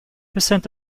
percent